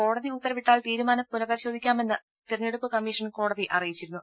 കോടതി ഉത്തരവിട്ടാൽ തീരുമാനം പുനഃപരിശോധിക്കാമെന്ന് തെരഞ്ഞെടുപ്പ് കമ്മീഷൻ കോടതിയെ അറിയിച്ചിരുന്നു